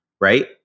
right